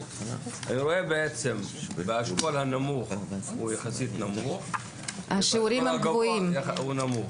אני רואה שבאשכול הנמוך הוא יחסית נמוך ובאשכול הגבוה הוא נמוך.